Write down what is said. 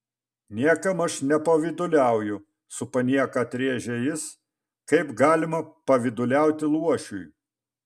niekam aš nepavyduliauju su panieka atrėžė jis kaip galima pavyduliauti luošiui